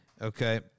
Okay